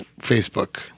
Facebook